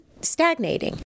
stagnating